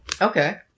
Okay